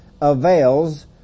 avails